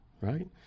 right